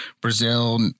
Brazil